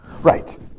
Right